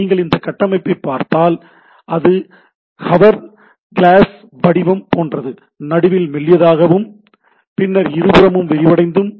நீங்கள் இந்த அமைப்பைப் பார்த்தால் அது ஒரு ஹவர் கிளாஸ் வடிவம் போன்றது நடுவில் மெல்லியதாகவும் பின்னர் இருபுறமும் விரிவடைந்தும்